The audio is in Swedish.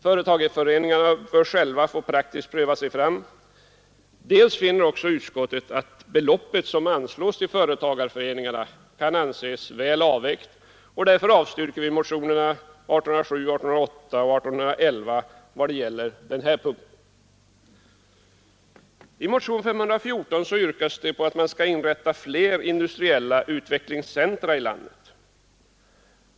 Företagarföreningarna bör själva få praktiskt pröva sig fram. Utskottet finner också beloppet som anslås till företagarföreningarna väl avvägt. Därför avstyrker vi motionerna 1807, 1808 och 1811 på denna punkt. I motion 514 yrkas att man skall inrätta flera industriella utvecklingscentra i landet.